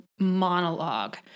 Monologue